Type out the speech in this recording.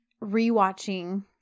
re-watching